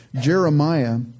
Jeremiah